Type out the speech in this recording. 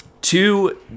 two